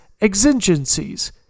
exigencies